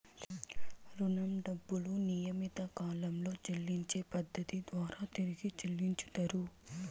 రుణం డబ్బులు నియమిత కాలంలో చెల్లించే పద్ధతి ద్వారా తిరిగి చెల్లించుతరు